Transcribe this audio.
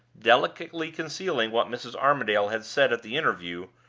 delicately concealing what mrs. armadale had said at the interview,